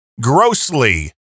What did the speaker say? grossly